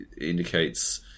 indicates